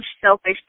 selfish